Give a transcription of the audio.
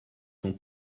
son